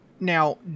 Now